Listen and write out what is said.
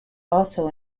also